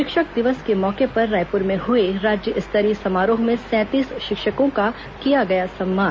शिक्षक दिवस के मौके पर रायपुर में हुए राज्य स्तरीय समारोह में सैंतीस शिक्षकों का किया गया सम्मान